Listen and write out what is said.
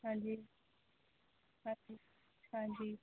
ਹਾਂਜੀ ਹਾਂਜੀ ਹਾਂਜੀ